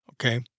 Okay